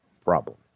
problem